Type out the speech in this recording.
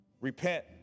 Repent